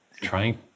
trying